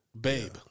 Babe